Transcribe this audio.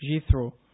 Jethro